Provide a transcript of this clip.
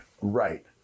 Right